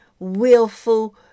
willful